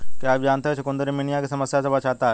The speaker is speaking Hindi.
क्या आप जानते है चुकंदर एनीमिया की समस्या से बचाता है?